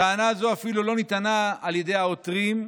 טענה זו אפילו לא נטענה על ידי העותרים,